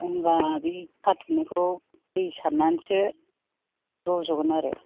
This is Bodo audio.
होनबा बै खाथुमनायखौ दै सारनानैसो रज'गोन आरो